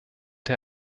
der